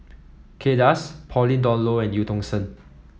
Kay Das Pauline Dawn Loh and Eu Tong Sen